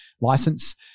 license